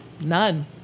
None